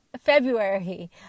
February